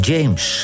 James